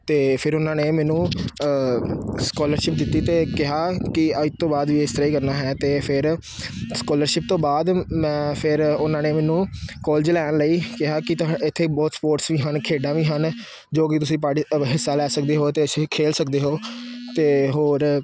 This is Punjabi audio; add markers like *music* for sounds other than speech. ਅਤੇ ਫਿਰ ਉਹਨਾਂ ਨੇ ਮੈਨੂੰ ਸਕੋਲਰਸ਼ਿਪ ਦਿੱਤੀ ਅਤੇ ਕਿਹਾ ਕਿ ਅੱਜ ਤੋਂ ਬਾਅਦ ਵੀ ਇਸ ਤਰ੍ਹਾਂ ਹੀ ਕਰਨਾ ਹੈ ਕਿਤੇ ਫਿਰ ਸਕੋਲਰਸ਼ਿਪ ਤੋਂ ਬਾਅਦ ਮੈਂ ਫਿਰ ਉਹਨਾਂ ਨੇ ਮੈਨੂੰ ਕੋਲਜ ਲੈਣ ਲਈ ਕਿਹਾ ਕਿ ਤੁਹਾ ਇੱਥੇ ਬਹੁਤ ਸਪੋਰਟਸ ਵੀ ਹਨ ਖੇਡਾਂ ਵੀ ਹਨ ਜੋ ਕਿ ਤੁਸੀਂ ਪਾਟੀ *unintelligible* ਹਿੱਸਾ ਲੈ ਸਕਦੇ ਹੋ ਅਤੇ ਅਸੀਂ ਖੇਡ ਸਕਦੇ ਹੋ ਅਤੇ ਹੋਰ